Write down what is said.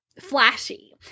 flashy